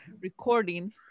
recording